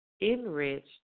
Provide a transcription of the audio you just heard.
enriched